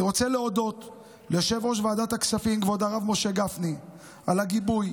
אני רוצה להודות ליושב-ראש ועדת הכספים כבוד הרב משה גפני על הגיבוי,